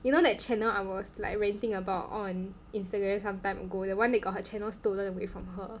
you know that channel I was like ranting about on Instagram sometime ago the one that got her channels stolen away from her